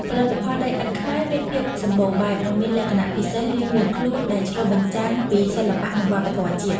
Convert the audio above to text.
ផលិតផលដីឥដ្ឋខ្មែរមានភាពសម្បូរបែប និងមានលក្ខណៈពិសេសរៀងៗខ្លួនដែលឆ្លុះបញ្ចាំងពីសិល្បៈ និងវប្បធម៌ជាតិ